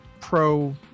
Pro